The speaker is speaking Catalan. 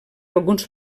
alguns